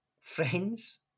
friends